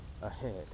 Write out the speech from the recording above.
ahead